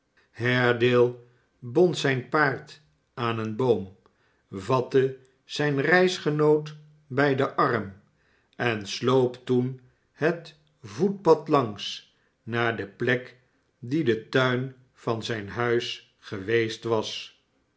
haredale bond zijn paard aan een boom vatte zijn reisgenoot bij den arm en sloop toen het voetpad langs naar de plek die de turn van zijn huis geweest was